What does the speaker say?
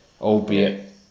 albeit